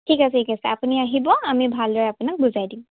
ঠিক আছে ঠিক আছে আপুনি আহিব আমি ভালদৰে আপোনাক বুজাই দিম